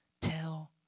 tell